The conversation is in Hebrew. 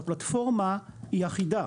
הפלטפורמה היא אחידה.